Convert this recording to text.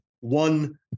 one